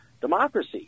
democracy